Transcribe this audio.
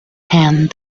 hand